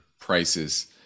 prices